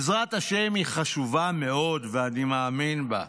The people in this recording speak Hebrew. עזרת השם היא חשובה מאוד ואני מאמין בה,